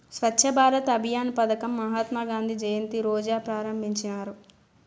స్వచ్ఛ భారత్ అభియాన్ పదకం మహాత్మా గాంధీ జయంతి రోజా ప్రారంభించినారు